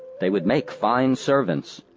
they would make fine servants.